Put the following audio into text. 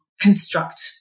construct